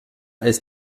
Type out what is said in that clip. als